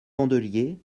candelier